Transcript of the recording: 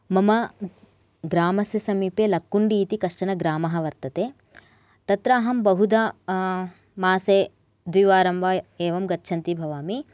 मम ग्रामस्य समीपे लकुण्डी इति कश्चन ग्रामः वर्तते तत्र अहं बहुधा मासे द्विवारं वा एवं गच्छन्ती भवामि